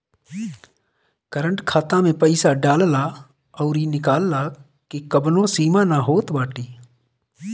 current खाता में पईसा डालला अउरी निकलला के कवनो सीमा ना होत बाटे